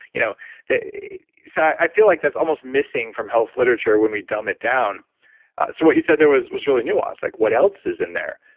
you know so i feel like that's almost missing from health literature when we dumb it down, so what you said there was was really nuanced, like what else is in there.